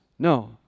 No